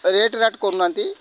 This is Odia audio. ରେଟ୍ ରାଟ୍ କରୁନାହାନ୍ତି